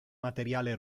materiale